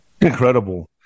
Incredible